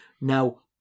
Now